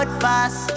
fast